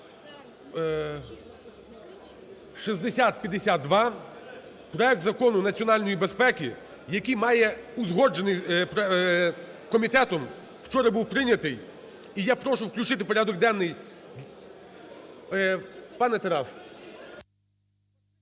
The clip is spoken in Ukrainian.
6052 – проект Закону національної безпеки, який має узгоджений… комітетом вчора був прийнятий. І я прошу включити в порядок денний… Пане Тарас!